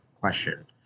question